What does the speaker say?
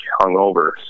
hungover